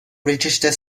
register